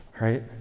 right